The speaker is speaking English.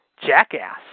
Jackass